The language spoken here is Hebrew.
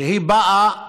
שהיא באה